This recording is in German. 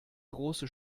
große